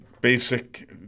basic